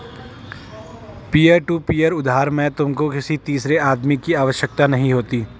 peer to peer उधार में तुमको किसी तीसरे आदमी की आवश्यकता नहीं होती